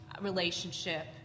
relationship